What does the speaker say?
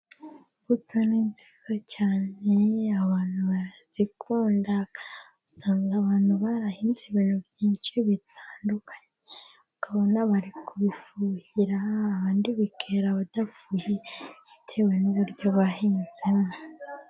Imbuto ni nziza cyane abantu barazikunda, usanga abantu barahinze ibintu byinshi bitandukanye, ukabona bari kubifuhira abandi bikera badafuhiye, bitewe n'uburyo bahinzemo.